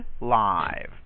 live